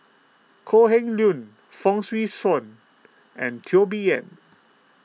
Kok Heng Leun Fong Swee Suan and Teo Bee Yen